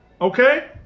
Okay